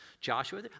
Joshua